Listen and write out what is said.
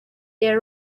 they